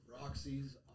Roxy's